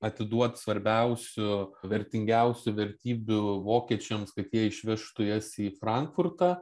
atiduot svarbiausių vertingiausių vertybių vokiečiams kad jie išvežtų jas į frankfurtą